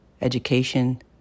education